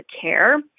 care